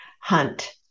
hunt